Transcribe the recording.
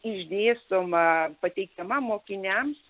išdėstoma pateikiama mokiniam